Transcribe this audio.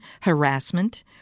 harassment